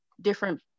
different